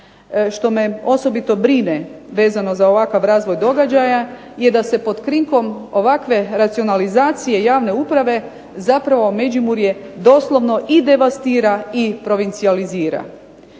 što me osobito brine vezano za ovakav razvoj događaja je da se pod krinkom ovakve racionalizacije javne uprave zapravo Međimurje doslovno i devastira i provincijalizira